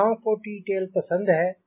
युवाओं को टी टेल पसंद है